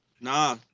Nah